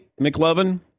McLovin